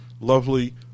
lovely